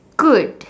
good